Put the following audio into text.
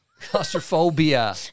Claustrophobia